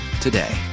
today